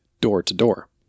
door-to-door